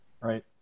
right